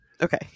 Okay